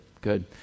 good